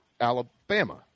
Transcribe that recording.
Alabama